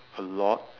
a lot